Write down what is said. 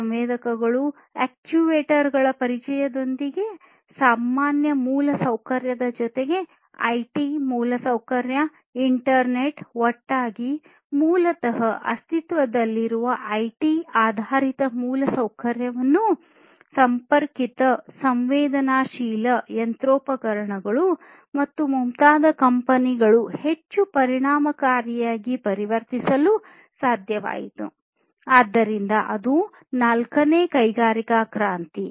ಸಂವೇದಕಗಳು ಅಕ್ಚುಯೇಟರ್ ಗಳ ಪರಿಚಯದೊಂದಿಗೆ ಸಾಮಾನ್ಯ ಮೂಲಸೌಕರ್ಯದ ಜೊತೆಗೆ ಐಟಿ ಮೂಲಸೌಕರ್ಯ ಇಂಟರ್ನೆಟ್ ಒಟ್ಟಾಗಿ ಮೂಲತಃ ಅಸ್ತಿತ್ವದಲ್ಲಿರುವ ಐಟಿ ಆಧಾರಿತ ಮೂಲಸೌಕರ್ಯವನ್ನು ಸಂಪರ್ಕಿತ ಸಂವೇದನಾಶೀಲ ಯಂತ್ರೋಪಕರಣಗಳು ಮತ್ತು ಮುಂತಾದ ಕಂಪನಿಗಳು ಹೆಚ್ಚು ಪರಿಣಾಮಕಾರಿಯಾಗಿ ಪರಿವರ್ತಿಸಲು ಸಾಧ್ಯವಾಯಿತು ಆದ್ದರಿಂದ ಅದು ನಾಲ್ಕನೇ ಕೈಗಾರಿಕಾ ಕ್ರಾಂತಿ